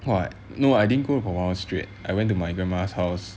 !wah! no I didn't go to 婆婆家 straight I went to my grandma's house